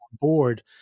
board